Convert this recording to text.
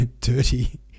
dirty